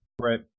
Right